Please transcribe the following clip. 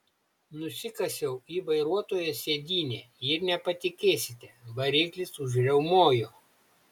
nusikasiau į vairuotojo sėdynę ir nepatikėsite variklis užriaumojo